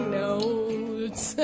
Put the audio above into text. notes